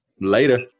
Later